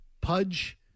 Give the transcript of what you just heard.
Pudge